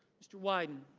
mr. wyden.